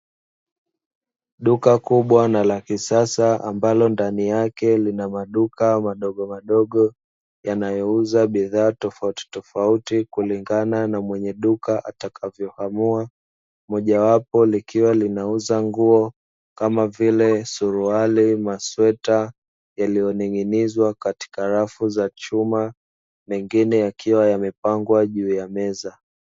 Duka kubwa na la kisasa ambalo ndani yake lina maduka madogomadogo yanayouza bidhaa tofautitofauti, kulingana na mwenye duka atakavyoamua mojawapo likiwa linauza nguo kama vile; suruali, masweta yaliyoning'inizwa katika rafu za chuma mengine yakiwa yamepangwa juu ya meza.